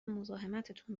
مزاحمتتون